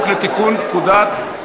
לתיקון פקודת